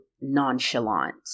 nonchalant